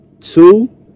Two